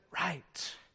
right